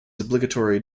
obligatory